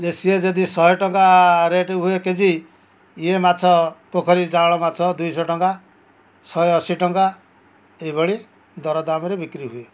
ଯେ ସିଏ ଯଦି ଶହେ ଟଙ୍କା ରେଟ୍ ହୁଏ କେ ଜି ଇଏ ମାଛ ପୋଖରୀ ଯାଆଁଳ ମାଛ ଦୁଇ ଶହ ଟଙ୍କା ଶହେ ଅଶୀ ଟଙ୍କା ଏଭଳି ଦରଦାମ୍ରେ ବିକ୍ରି ହୁଏ